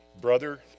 brother